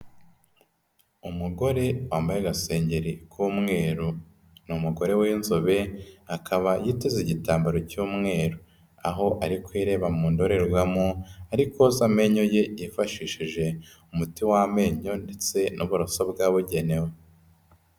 Umugore wambaye agasengeri k'umweru, ni umugore w'inzobe akaba yiteze igitambaro cy'umweru. Aho ari kwireba mu ndorerwamo, ari koza amenyo ye yifashishije umuti w'amenyo, ndetse n'uburoso bwabugenewe.